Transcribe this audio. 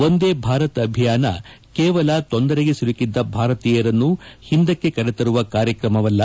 ವಂದೇ ಭಾರತ್ ಅಭಿಯಾನ ಕೇವಲ ತೊಂದರೆಗೆ ಸಿಲುಕಿದ್ದ ಭಾರತೀಯರನ್ನು ಹಿಂದಕ್ಕೆ ಕರೆತರುವ ಕಾರ್ಯಕ್ರಮವಲ್ಲ